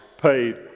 paid